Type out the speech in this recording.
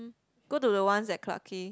go to the ones at Clarke-Quay